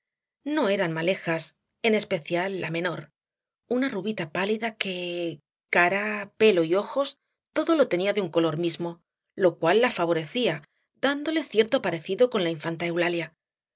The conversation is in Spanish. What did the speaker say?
no eran malejas en especial la menor una rubita pálida que cara pelo y ojos todo lo tenía de un color mismo lo cual la favorecía dándole cierto parecido con la infanta eulalia